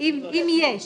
אם יש.